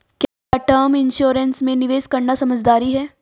क्या term insurance में निवेश करना समझदारी है?